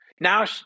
Now